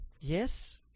Yes